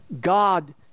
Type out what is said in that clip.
God